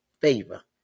favor